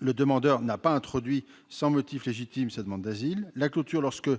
le demandeur n'a pas introduit, sans motif légitime, sa demande d'asile ; la clôture lorsque